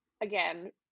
again